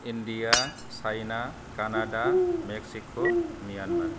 India China Canada Mexico Myanmar